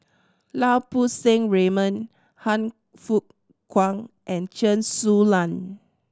Lau Poo Seng Raymond Han Fook Kwang and Chen Su Lan